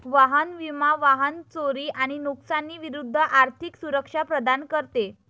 वाहन विमा वाहन चोरी आणि नुकसानी विरूद्ध आर्थिक सुरक्षा प्रदान करते